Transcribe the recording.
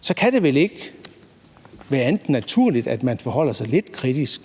Så kan det vel ikke være andet end naturligt, at man forholder sig lidt kritisk